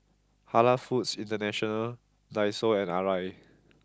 Halal Foods International Daiso and Arai